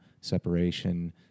separation